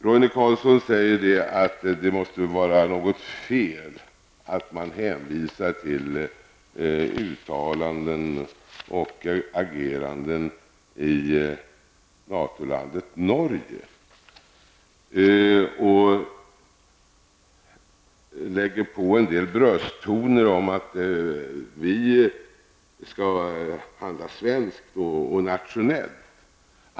Roine Carlsson säger att det måste vara något som är fel när man hänvisar till uttalanden och ageranden i NATO-landet Norge. Han tar också till brösttoner och säger att vi skall handla svenskt och nationellt.